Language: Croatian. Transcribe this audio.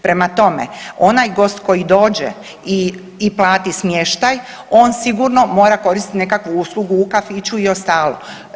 Prema tome, onaj gost koji dođe i plati smještaj on sigurno mora koristiti nekakvu uslugu u kafiću i ostalo.